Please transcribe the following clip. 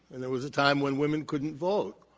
and there was a time when women couldn't vote.